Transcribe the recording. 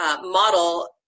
Model